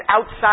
outside